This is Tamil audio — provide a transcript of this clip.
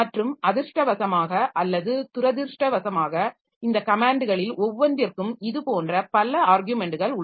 மற்றும் அதிர்ஷ்டவசமாக அல்லது துரதிர்ஷ்டவசமாக இந்த கமேன்ட்களில் ஒவ்வொன்றிற்கும் இதுபோன்ற பல ஆர்க்யுமென்ட்கள் உள்ளன